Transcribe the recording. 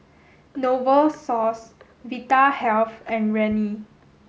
Novosource Vitahealth and Rene